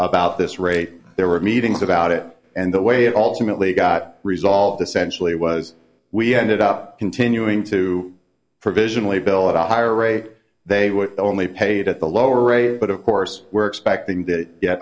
about this rate there were meetings about it and the way it alternately got resolved essentially was we ended up continuing to for visually bill at a higher rate they would only paid at the lower rate but of course we're expecting